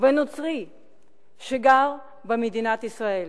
ונוצרי שגר במדינת ישראל.